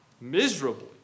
miserably